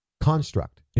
construct